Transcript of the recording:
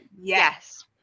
yes